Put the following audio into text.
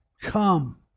Come